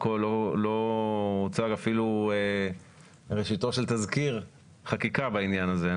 כה לא הוצג אפילו ראשיתו של תזכיר חקיקה בעניין הזה.